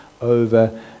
over